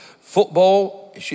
Football